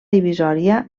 divisòria